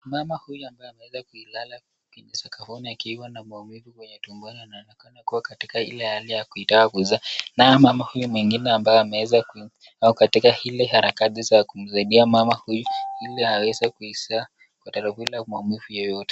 Mama huyu ambaye ameweza kulala kwenye sakafuni akiwa na maumivu kwenye tumboni anaonekana kuwa katika ile hali ya kutaka kuzaa. Naye mama huyo mwingine ambaye ameweza, au katika ile harakati za kumsaidia mama huyu ili aweze kuizaa kwa utaratibu bila maumivu yoyote.